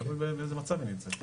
זה תלוי באיזה מצב היא נמצאת.